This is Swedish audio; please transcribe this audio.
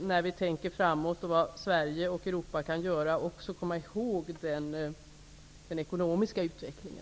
När vi tänker framåt på vad Sverige och Europa kan göra skall vi även komma ihåg den ekonomiska utvecklingen.